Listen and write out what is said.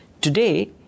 Today